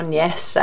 yes